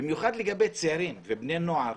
במיוחד לגבי צעירים ובני נוער.